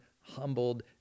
humbled